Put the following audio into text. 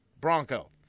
Bronco